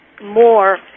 more